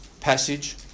passage